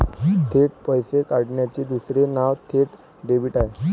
थेट पैसे काढण्याचे दुसरे नाव थेट डेबिट आहे